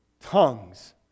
tongues